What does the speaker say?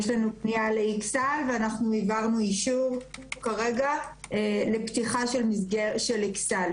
יש לנו פנייה לאכסאל ואנחנו העברנו אישור כרגע לפתיחה של אכסאל,